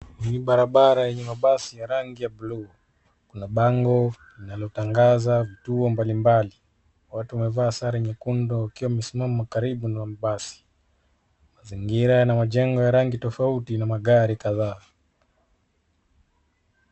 Ni barabara yenye mabasi ya rangi ya bluu. Kuna bango linalotangaza vituo mbalimbali. Watu wamevaa sare nyekundu, wakiwa wamesimama karibu na mabasi. Mazingira yana majengo ya rangi tofauti na magari kadhaa.